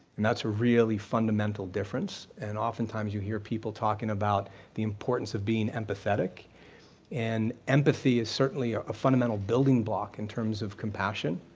and that's a really fundamental difference and often times you hear people talking about the importance of being empathetic and empathy is certainly a fundamental building block in terms of compassion,